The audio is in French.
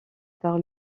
par